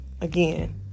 again